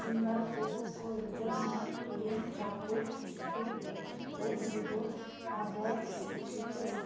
जिन्दल कोकोको hazelnut cream chocolate स्प्रेडको मेरो अर्डर स्थिति के छ